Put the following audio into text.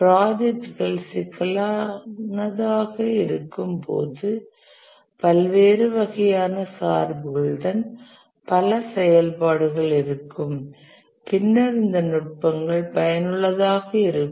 ப்ராஜெக்ட்கள் சிக்கலானதாக இருக்கும்போது பல்வேறு வகையான சார்புகளுடன் பல செயல்பாடுகள் இருக்கும் பின்னர் இந்த நுட்பங்கள் பயனுள்ளதாக இருக்கும்